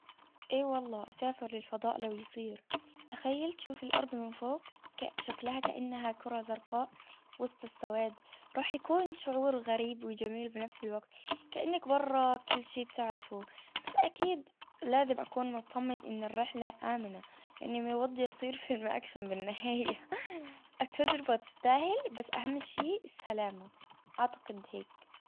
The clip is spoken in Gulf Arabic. ايه والله أسافر للفضاء لو يصير. تخيل تشوف الأرض من فوق شكلها كأنها كرة زرقاء وسط السواد. راح يكون شعور غريب وجميل بنفس الوقت. كأنك برا كل شي بتعرفه. بس أكيد لازم أكون مطمن أن الرحلة آمنة. أن ما يودي يصير في الريأكشن بالنهاية بس أهم شيء السلامة. أعتقد هيك.